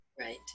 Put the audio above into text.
Right